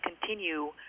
continue